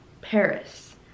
paris